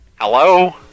Hello